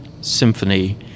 symphony